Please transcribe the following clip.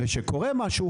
וכשקורה משהו,